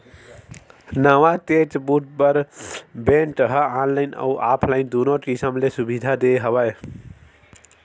नवा चेकबूक बर बेंक ह ऑनलाईन अउ ऑफलाईन दुनो किसम ले सुबिधा दे हे